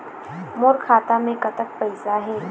मोर खाता मे कतक पैसा हे?